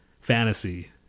fantasy